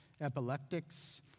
epileptics